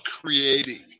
creating